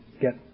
get